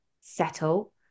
settle